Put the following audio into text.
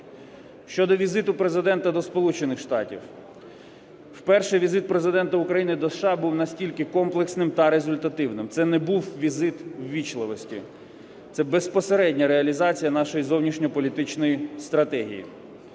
Щодо візиту Президента до Сполучених Штатів. Вперше візит Президента України до США був настільки комплексним та результативним. Це не був візит ввічливості, це безпосередня реалізація нашої зовнішньополітичної стратегії.